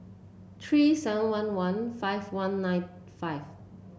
three seven one one five one nine five